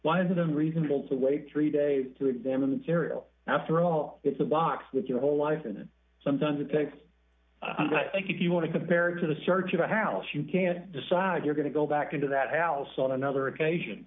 them reasonable to wait three days to examine the serial after all it's a box with your whole life in it sometimes it takes i think if you want to compare it to the search of a house you can decide you're going to go back into that house on another occasion